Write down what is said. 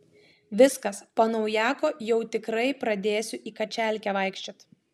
viskas po naujako jau tikrai pradėsiu į kačialkę vaikščiot